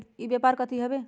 ई व्यापार कथी हव?